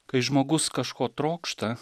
kai žmogus kažko trokšta